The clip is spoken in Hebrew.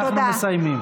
אנחנו מסיימים.